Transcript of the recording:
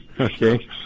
okay